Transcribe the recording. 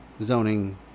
zoning